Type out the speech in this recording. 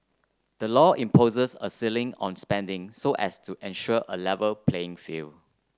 the law imposes a ceiling on spending so as to ensure A Level playing field